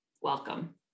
welcome